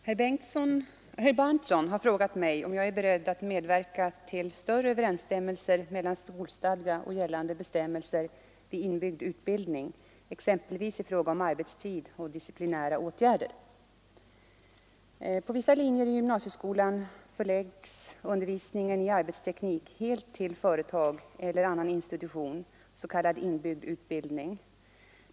Herr talman! Herr Berndtson har frågat mig, om jag är beredd att medverka till större överensstämmelse mellan skolstadgan och gällande bestämmelser vid inbyggd utbildning, exempelvis i fråga om arbetstid och disciplinära åtgärder. På vissa linjer i gymnasieskolan förläggs undervisningen i arbetsteknik helt till företag eller annan institution, s.k. inbyggd utbildning.